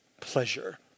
pleasure